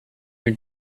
your